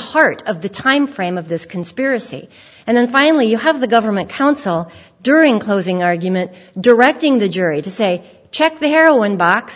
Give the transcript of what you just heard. heart of the time frame of this conspiracy and then finally you have the government counsel during closing argument directing the jury to say check the heroin box